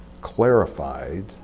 clarified